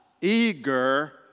Eager